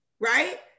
right